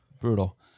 Brutal